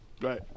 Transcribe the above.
Right